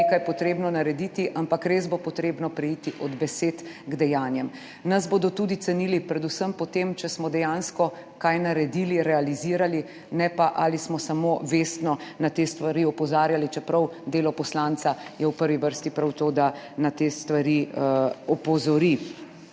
nekaj potrebno narediti, ampak res bo potrebno preiti od besed k dejanjem. Nas bodo tudi cenili predvsem po tem, če smo dejansko kaj naredili, realizirali, ne pa, ali smo samo vestno na te stvari opozarjali, čeprav je delo poslanca v prvi vrsti prav to, da na te stvari opozori.